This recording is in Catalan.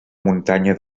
muntanya